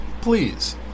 Please